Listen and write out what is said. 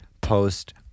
post